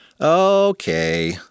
Okay